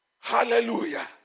hallelujah